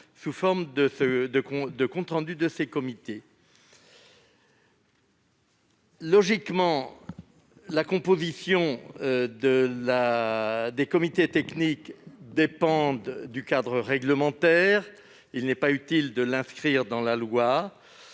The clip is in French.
sous forme de comptes rendus. La composition des comités techniques dépendant du cadre réglementaire, il n'est pas utile de l'inscrire dans la loi.